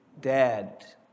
dead